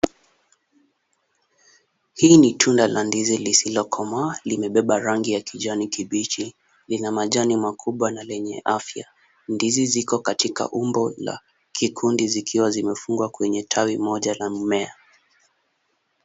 Hii ni tunda la ndizi lisilokomaa limebeba rangi ya kijani kibichi. Lina majani makubwa na lenye afya. Ndizi ziko katika umbo la kikundi zikiwa zimefungwa kwenye tawi moja la mmea.